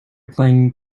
playing